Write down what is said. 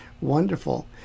Wonderful